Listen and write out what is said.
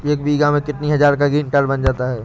एक बीघा में कितनी हज़ार का ग्रीनकार्ड बन जाता है?